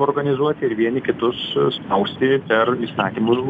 organizuoti ir vieni kitus spausti per įstatymų